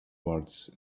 words